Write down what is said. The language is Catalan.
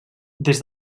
des